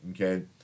okay